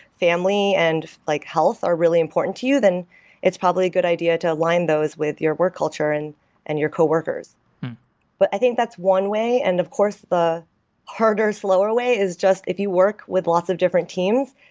family and like health are really important to you, then it's probably a good idea to align those with your work culture and and your co-workers but i think that's one way. and of course, the harder, slower way is just if you work with lots of different teams,